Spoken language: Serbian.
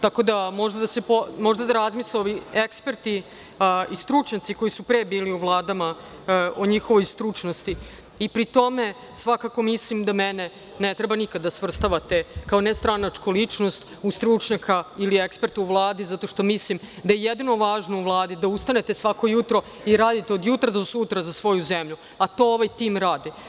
Tako da mogu da razmisle ovi eksperti i stručnjaci koji su pre bili u vladama o njihovoj stručnosti i pri tome svakako mislim da mene ne treba nikad da svrstavate kao nestranačku ličnost u stručnjaka ili eksperta u Vladi zato što mislim da je jedino važno u Vladi da ustanete svako jutro i radite od jutra do sutra za svoju zemlju, a to ovaj tim radi.